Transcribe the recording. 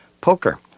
poker